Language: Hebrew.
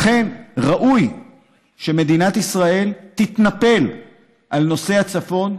לכן, ראוי שמדינת ישראל תתנפל על נושא הצפון,